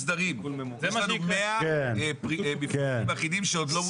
יש לנו 100 מפרטים אחידים שעוד לא מוסדרים.